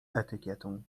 etykietą